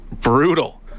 brutal